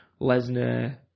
Lesnar